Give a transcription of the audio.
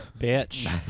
bitch